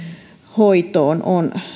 hoitoon on